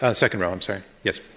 ah second row, i'm sorry. yes.